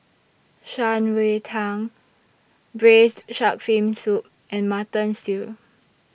Shan Rui Tang Braised Shark Fin Soup and Mutton Stew